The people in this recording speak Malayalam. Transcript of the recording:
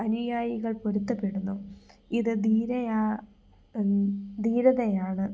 അനുയായികൾ പൊരുത്തപ്പെടുന്നു ഇത് ധീരയാ ധീരതയാണ്